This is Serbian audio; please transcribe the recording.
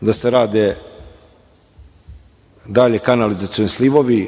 da se rade dalje kanalizacioni slivovi,